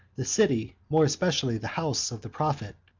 the city, more especially the house, of the prophet,